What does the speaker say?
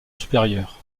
supérieure